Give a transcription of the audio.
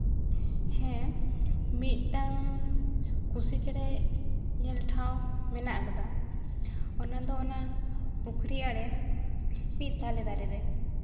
ᱦᱮᱸ ᱢᱤᱫᱴᱟᱝ ᱠᱩᱥᱤ ᱪᱮᱬᱮ ᱧᱮᱞ ᱴᱷᱟᱶ ᱢᱮᱱᱟᱜ ᱠᱟᱫᱟ ᱚᱱᱟᱫᱚ ᱚᱱᱟ ᱯᱩᱠᱷᱨᱤ ᱟᱬᱮ ᱢᱤᱫ ᱛᱟᱞᱮ ᱫᱟᱨᱮ ᱨᱮ